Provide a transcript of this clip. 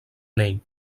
anell